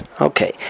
Okay